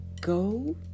go